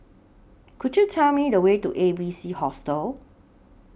Could YOU Tell Me The Way to A B C Hostel